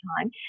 time